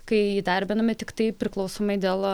kai įdarbinami tiktai priklausomai dėl